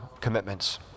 commitments